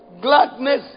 Gladness